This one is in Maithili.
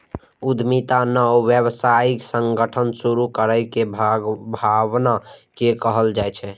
उद्यमिता नव व्यावसायिक संगठन शुरू करै के भावना कें कहल जाइ छै